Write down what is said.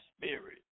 spirit